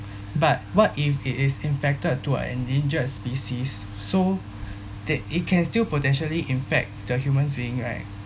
but what if it is infected to an endangered species so that it can still potentially the humans being right